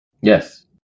Yes